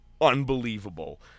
unbelievable